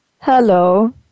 hello